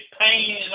pain